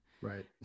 right